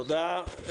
(היו"ר יאיר גולן, 11:08) תודה.